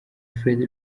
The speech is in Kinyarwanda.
fred